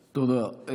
תודה.